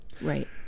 Right